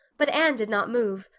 but anne did not move,